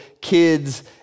kids